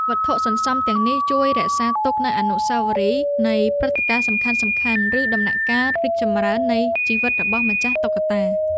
វត្ថុសន្សំទាំងនេះជួយរក្សាទុកនូវអនុស្សាវរីយ៍នៃព្រឹត្តិការណ៍សំខាន់ៗ ឬដំណាក់កាលរីកចម្រើននៃជីវិតរបស់ម្ចាស់តុក្កតា។